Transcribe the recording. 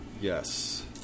Yes